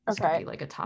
Okay